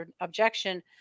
objection